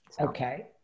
Okay